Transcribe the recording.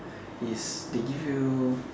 yes they give you